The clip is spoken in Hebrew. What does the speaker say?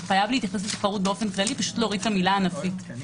זה חייב להתייחס לתחרות באופן כללי - להוריד את המילה ענפית.